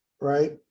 right